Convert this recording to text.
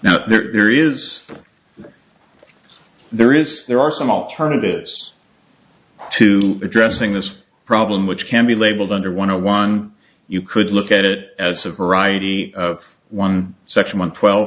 now there is there is there are some alternatives to addressing this problem which can be labelled under one one you could look at it as a variety of one section one twelve